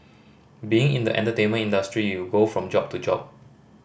being in the entertainment industry you go from job to job